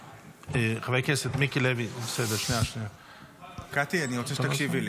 קטי, אני רוצה שתקשיבי לי.